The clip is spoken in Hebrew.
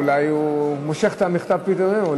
אולי הוא מושך את מכתב הפיטורים.